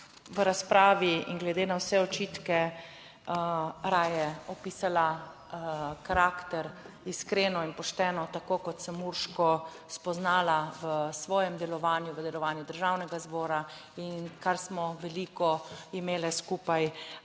v razpravi in glede na vse očitke raje opisala karakter iskreno in pošteno, tako kot sem Urško spoznala v svojem delovanju, v delovanju Državnega zbora in kar smo veliko imele skupaj,